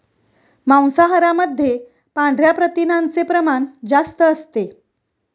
मांसाहारामध्ये पांढऱ्या प्रथिनांचे प्रमाण जास्त असते